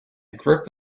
group